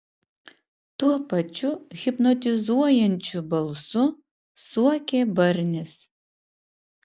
tuo pačiu hipnotizuojančiu balsu suokė barnis